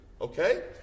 Okay